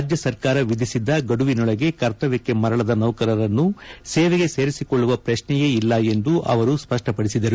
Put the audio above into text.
ರಾಜ್ಯ ಸರ್ಕಾರ ವಿಧಿಸಿದ್ದ ಗಡುವಿನೊಳಗೆ ಕರ್ತವ್ಯಕ್ಕೆ ಮರಳದ ನೌಕರರನ್ನು ಸೇವೆಗೆ ಸೇರಿಸಿಕೊಳ್ಳುವ ಪ್ರಶ್ನೆಯೇ ಇಲ್ಲ ಎಂದು ಅವರು ಸ್ವಷ್ವಪಡಿಸಿದರು